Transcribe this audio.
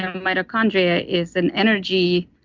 and mitochondria is an energy,